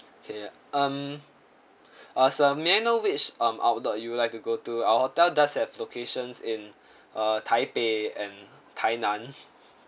okay um uh sir may I know which um outlet you would like to go to our hotel does have locations in uh taipei and tainan